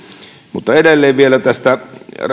mutta edelleen vielä tästä